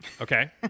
Okay